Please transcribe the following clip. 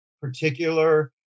particular